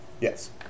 Yes